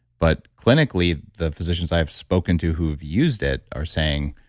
but clinically, the physicians i have spoken to who have used it are saying,